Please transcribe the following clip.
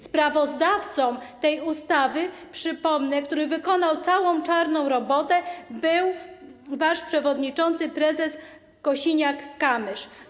Sprawozdawcą tej ustawy, przypomnę, który wykonał całą czarną robotę, był wasz przewodniczący prezes Kosiniak-Kamysz.